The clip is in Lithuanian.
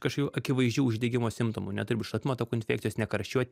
kažkokių akivaizdžių uždegimo simptomų neturi būt šlapimo takų infekcijos nekarščiuot